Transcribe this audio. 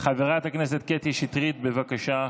חברת הכנסת קטי שטרית, בבקשה.